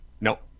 Nope